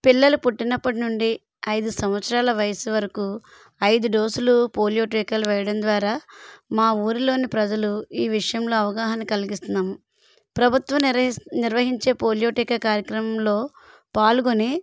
పిల్లలు పుట్టినప్పటి నుండి ఐదు సంవత్సరాల వయసు వరకు ఐదు డోసులు పోలియో టీకాలు వేయడం ద్వారా మా ఊరిలోని ప్రజలు ఈ విషయంలో అవగాహన కలిగిస్తున్నాము ప్రభుత్వ నిర్వహించే పోలియో టీకా కార్యక్రమంలో పాల్గొని